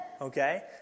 Okay